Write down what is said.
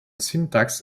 syntax